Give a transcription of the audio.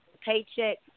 paycheck